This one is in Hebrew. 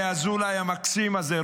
לאזולאי המקסים הזה,